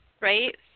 right